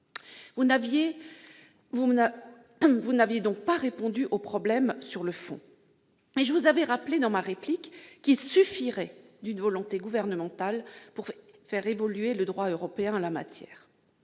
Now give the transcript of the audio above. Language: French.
Vous n'aviez donc pas répondu au problème sur le fond. Et je vous avais rappelé, dans ma réplique, qu'il « suffi[rai]t d'une volonté gouvernementale » pour faire évoluer le droit européen en la matière.